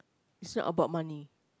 is not about money